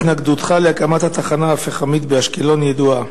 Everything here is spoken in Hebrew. התנגדותך להקמת התחנה הפחמית באשקלון ידועה,